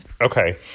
Okay